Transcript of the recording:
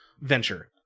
venture